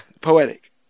poetic